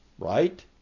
Right